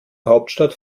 hauptstadt